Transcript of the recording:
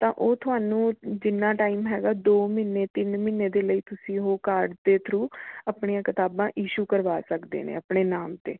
ਤਾਂ ਉਹ ਤੁਹਾਨੂੰ ਜਿੰਨਾ ਟਾਈਮ ਹੈਗਾ ਦੋ ਮਹੀਨੇ ਤਿੰਨ ਮਹੀਨੇ ਦੇ ਲਈ ਤੁਸੀਂ ਉਹ ਕਾਰਡ ਦੇ ਥਰੂ ਆਪਣੀਆਂ ਕਿਤਾਬਾਂ ਈਸ਼ੂ ਕਰਵਾ ਸਕਦੇ ਨੇ ਆਪਣੇ ਨਾਮ 'ਤੇ